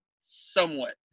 somewhat